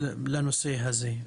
לנושא הזה.